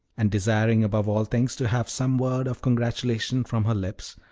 and desiring above all things to have some word of congratulation from her lips,